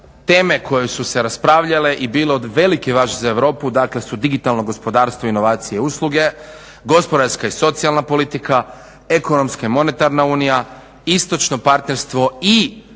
teme koje su se raspravljale i bile od velike važnosti za Europu, dakle su digitalno gospodarstvo inovacije i usluge, gospodarska i socijalna politika, ekonomska i monetarna unija, istočno partnerstvo i